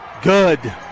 Good